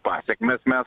pasekmes mes